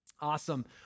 Awesome